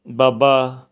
ਬਾਬਾ